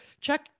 check